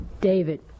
David